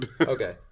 Okay